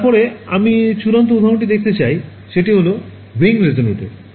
তারপরে আমি চূড়ান্ত উদাহরণটি দেখাতে চাই সেটি হল রিং রেজোনেটর